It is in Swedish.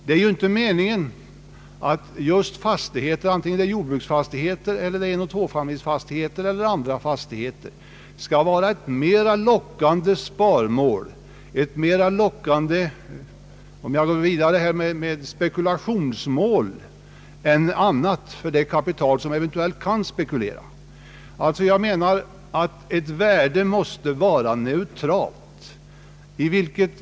Det är ju inte meningen att just fastigheter — vare sig det är jordbruksfastigheter eller enoch tvåfamiljsfastigheter eller andra fastigheter — skall vara ett mera lockande sparmål, ett mera lockande spekulationsmål än andra när det gäller kapital som kan användas för spekulation.